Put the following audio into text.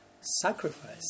sacrifice